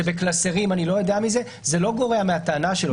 זה בקלסרים אני לא יודע מזה - זה לא גורע מהטענה שלו.